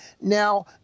Now